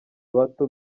bato